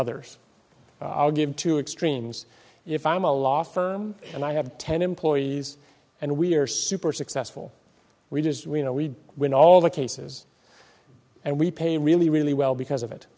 others to give to extremes if i am a law firm and i have ten employees and we are super successful we just you know we win all the cases and we pay really really well because of it